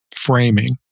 framing